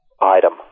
item